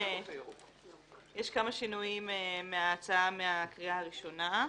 יש כמה שינויים מההצעה מהקריאה הראשונה.